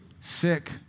sick